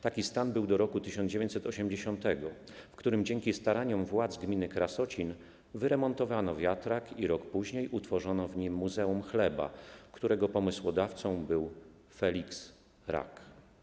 Taki stan był do roku 1980, w którym dzięki staraniom władz gminy Krasocin wyremontowano wiatrak, i rok później utworzono w nim Muzeum Chleba, którego pomysłodawcą był Feliks Rak.